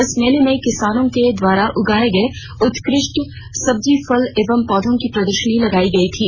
इस मेले में किसानों के द्वारा उगाए गए उत्कृष्ट सब्जी फल एवं पौधों की प्रदर्शनी लगाई गई थी